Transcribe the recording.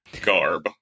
garb